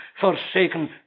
Forsaken